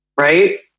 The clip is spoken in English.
Right